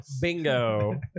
Bingo